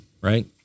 Right